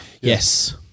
Yes